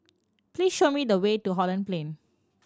please show me the way to Holland Plain